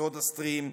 בסודה-סטרים,